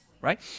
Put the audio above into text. Right